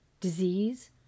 disease